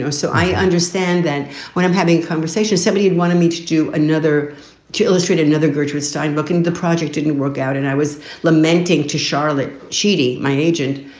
so so i understand that when i'm having conversations, seventeen wanted me to do another to illustrate another gertrude stein book. and the project didn't work out. and i was lamenting to charlotte cheaty, my agent,